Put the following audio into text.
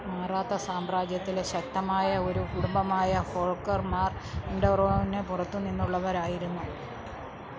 മറാത്താസാമ്രാജ്യത്തിലെ ശക്തമായ ഒരു കുടുംബമായ ഹോൾക്കർമാർ ഇൻഡോറോയിന് പുറത്തുനിന്നുള്ളവരായിരുന്നു